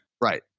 right